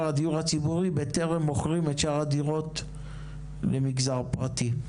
הדיור הציבורי בטרם מוכרים את שאר הדירות למגזר פרטי.